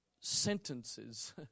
sentences